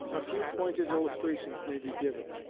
a few pointed illustrations may be given.